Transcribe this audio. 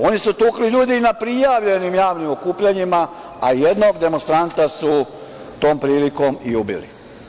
Oni su tukli ljude i na prijavljenim javnim okupljanjima, a jednog demonstranta su tom prilikom i ubili.